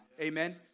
Amen